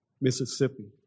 Mississippi